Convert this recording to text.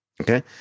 Okay